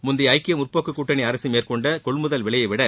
முந்தைய ஐக்கிய முற்போக்குக் கூட்டணி அரசு மேற்கொண்ட கொள்முதல் விலையை விட